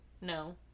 No